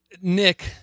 Nick